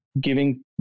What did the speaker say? giving